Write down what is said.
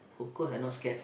cockroach I not scared